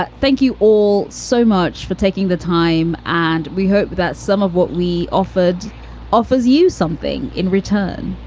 but thank you all so much for taking the time. and we hope that some of what we offered offers you something in return